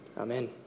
Amen